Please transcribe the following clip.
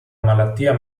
malattia